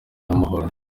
n’amahoro